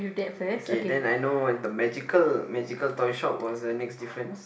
okay then I know the magical magical toy shop was the next difference